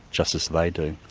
just as they do.